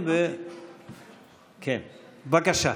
בבקשה.